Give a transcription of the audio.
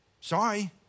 Sorry